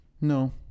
No